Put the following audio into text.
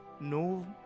no